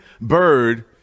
bird